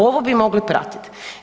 Ovo bi mogli pratiti.